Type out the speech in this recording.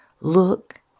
Look